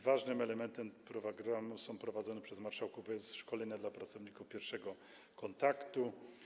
Ważnym elementem programu są prowadzone przez marszałków szkolenia dla pracowników tzw. pierwszego kontaktu.